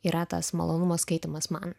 yra tas malonumo skaitymas man